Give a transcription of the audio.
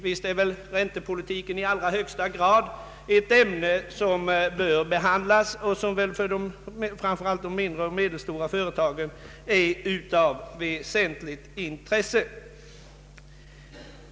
Visst är väl räntepolitiken i allra högsta grad ett ämne som bör behandlas, och framför allt för de mindre och medelstora företagen är den av väsentligt intresse.